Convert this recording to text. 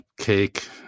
cake